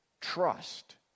trust